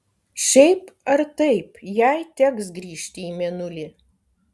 šiaip ar taip jai teks grįžti į mėnulį